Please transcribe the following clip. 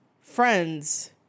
friends